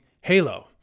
Halo